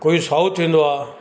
कोई साउथ वेंदो आहे